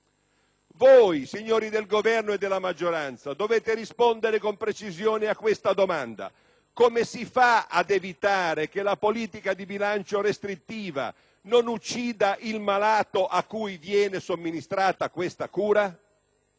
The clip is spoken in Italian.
Voi, signori del Governo e della maggioranza, dovete rispondere con precisione a questa domanda: come si fa ad evitare che la politica di bilancio restrittiva non uccida il malato cui viene somministrata questa cura?